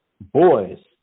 boys